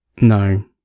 No